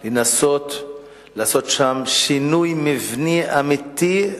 צריך לנסות לעשות בו שינוי מבני אמיתי,